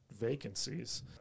vacancies